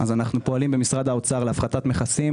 פועלים במשרד האוצר להפחתת מכסים,